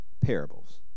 parables